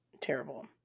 terrible